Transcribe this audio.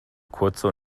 kurze